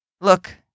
look